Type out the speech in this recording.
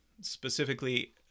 specifically